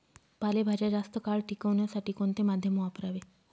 पालेभाज्या जास्त काळ टिकवण्यासाठी कोणते माध्यम वापरावे?